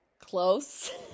Close